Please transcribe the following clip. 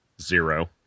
Zero